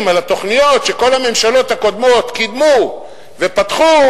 על התוכניות שכל הממשלות הקודמות קידמו ופתחו,